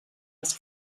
els